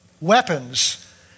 weapons